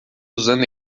usando